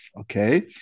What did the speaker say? okay